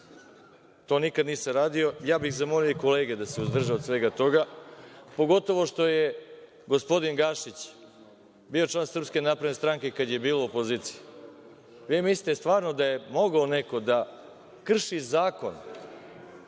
To nikad nisam radio. Zamolio bih i kolege da se uzdrže od svega toga, pogotovo što je gospodin Gašić bio član Srpske napredne stranke kad je bila u opoziciji. Vi mislite da je stvarno mogao neko da krši zakon,